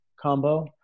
combo